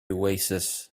oasis